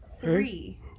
Three